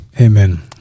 Amen